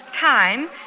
time